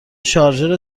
شارژر